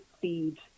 feed